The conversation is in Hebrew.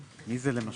מי זה, למשל?